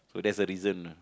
so that's the reason lah